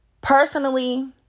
Personally